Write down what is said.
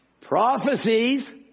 Prophecies